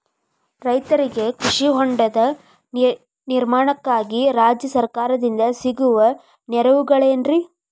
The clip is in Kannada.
ರೈತರಿಗೆ ಕೃಷಿ ಹೊಂಡದ ನಿರ್ಮಾಣಕ್ಕಾಗಿ ರಾಜ್ಯ ಸರ್ಕಾರದಿಂದ ಸಿಗುವ ನೆರವುಗಳೇನ್ರಿ?